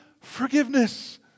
forgiveness